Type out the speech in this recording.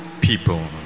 people